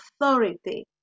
Authority